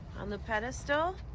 on the pedestal.